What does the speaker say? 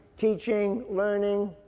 teaching, learning